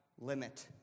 limit